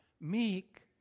meek